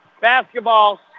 Basketball